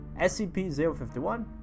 SCP-051